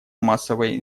массовой